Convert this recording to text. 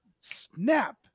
snap